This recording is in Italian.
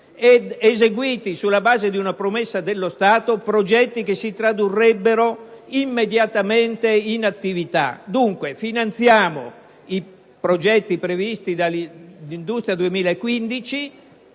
ed eseguiti, sulla base di una promessa dello Stato, progetti che si tradurrebbero immediatamente in attività? Dunque, finanziamo i progetti previsti dal programma "Industria 2015"